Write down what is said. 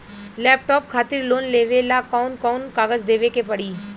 Laptop खातिर loan लेवे ला कौन कौन कागज देवे के पड़ी?